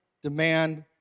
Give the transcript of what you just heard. demand